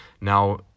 Now